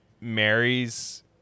marries